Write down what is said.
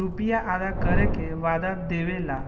रुपिया अदा करे के वादा देवे ला